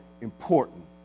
important